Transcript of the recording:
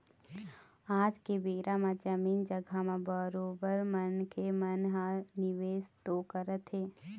आज के बेरा म जमीन जघा म बरोबर मनखे मन ह निवेश तो करत हें